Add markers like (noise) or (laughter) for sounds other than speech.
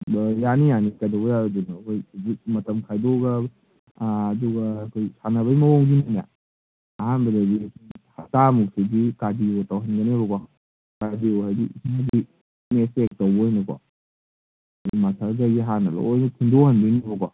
ꯑꯗꯣ ꯌꯥꯅꯤ ꯌꯥꯅꯤ ꯀꯩꯗꯧꯕꯩ ꯌꯥꯔꯣꯏꯗꯣꯏꯅꯣ ꯑꯩꯈꯣꯏ ꯍꯧꯖꯤꯛ ꯃꯇꯝ ꯈꯥꯏꯗꯣꯛꯑꯒ ꯑꯗꯨꯒ ꯑꯩꯈꯣꯏ ꯁꯥꯟꯅꯕꯩ ꯃꯑꯣꯡꯁꯤꯅꯅꯦ ꯑꯍꯥꯝꯕꯗꯗꯤ ꯑꯩꯈꯣꯏꯒꯤ ꯍꯞꯇꯥꯃꯨꯛꯇꯗꯤ ꯀꯥꯔꯗꯤꯑꯣ ꯇꯧꯍꯟꯒꯅꯦꯕꯀꯣ ꯀꯥꯔꯗꯤꯑꯣ ꯍꯥꯏꯗꯤ (unintelligible) ꯁ꯭ꯇꯔꯦꯡ ꯆꯦꯛ ꯇꯧꯕ ꯑꯣꯏꯅꯀꯣ ꯃꯁꯜꯒꯩꯁꯦ ꯍꯥꯟꯅ ꯂꯣꯏꯅ ꯊꯤꯟꯗꯣꯛꯍꯟꯗꯣꯏꯅꯦꯕꯀꯣ